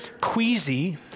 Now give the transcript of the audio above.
queasy